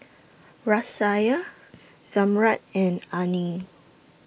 Raisya Zamrud and Aina